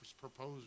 proposed